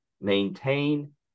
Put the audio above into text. maintain